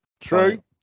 true